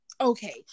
okay